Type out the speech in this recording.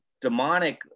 demonic